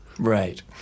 Right